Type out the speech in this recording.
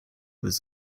was